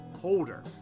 holder